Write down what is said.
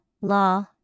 law